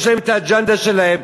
יש להם האג'נדה שלהם.